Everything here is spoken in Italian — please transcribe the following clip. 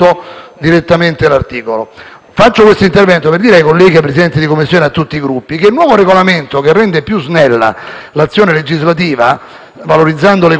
Faccio questo intervento per dire ai colleghi, ai Presidenti di Commissione e a tutti i Gruppi che il nuovo Regolamento rende più snella l'azione legislativa, valorizzando il lavoro delle Commissioni e lasciando all'Assemblea,